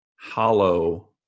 hollow